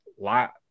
lot